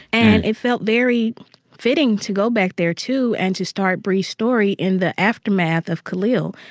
and it felt very fitting to go back there, too, and to start bri's story in the aftermath of khalil.